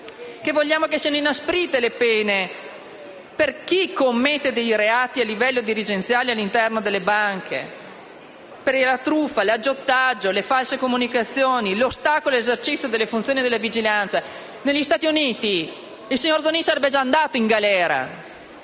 - affinché siano inasprite le pene per chi commette dei reati a livello dirigenziale all'interno delle banche: per la truffa, l'aggiotaggio, le false comunicazioni, l'ostacolo all'esercizio delle funzioni e della vigilanza. Negli Stati Uniti, il signor Zonin sarebbe già andato in galera.